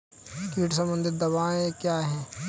कीट संबंधित दवाएँ क्या हैं?